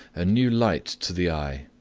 a new light to the eye,